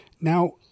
Now